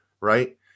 right